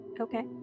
Okay